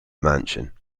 mansion